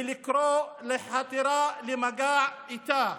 ולקרוא לחתירה למגע איתה.